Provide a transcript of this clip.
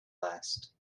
last